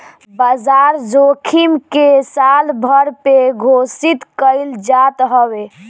बाजार जोखिम के सालभर पे घोषित कईल जात हवे